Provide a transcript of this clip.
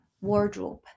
wardrobe